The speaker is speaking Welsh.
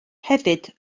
hefyd